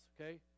okay